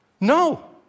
No